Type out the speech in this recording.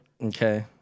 okay